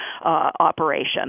operation